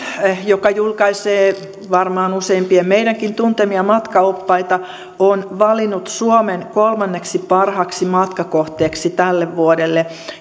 joka julkaisee varmaan useimpien meidänkin tuntemia matkaoppaita on valinnut suomen kolmanneksi parhaaksi matkakohteeksi tälle vuodelle